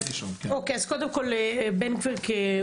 אז קודם כל בן גביר.